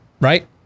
right